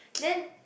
then